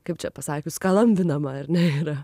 kaip čia pasakius skalambinama ar ne yra